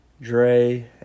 Dre